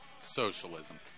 Socialism